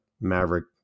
maverick